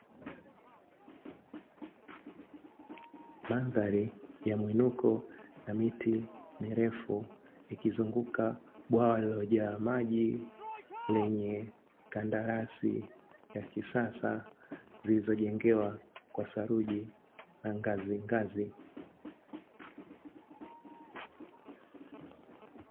Mandhari ya muinuko na miti mirefu ikizunguka bwawa lililojaa maji, lenye kandarasi ya kisasa zilizojengewa kwa saruji na ngazingazi.